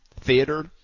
theater